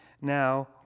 Now